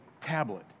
tablet